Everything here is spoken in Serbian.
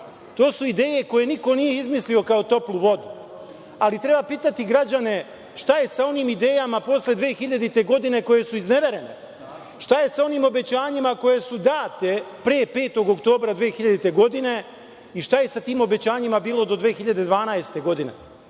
To su ideje koje niko nije izmislio kao toplu vodu. Ali, treba pitati građane šta je sa onim idejama posle 2000. godine koje su izneverene, šta je sa onim obećanjima koja su data pre 5. oktobra 2000. godine i šta je sa tim obećanjima bilo do 2012. godine?